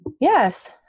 Yes